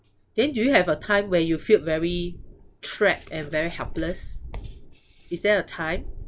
then do you have a time where you feel very trapped and very helpless is there a time